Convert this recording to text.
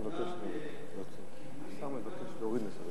אני חייב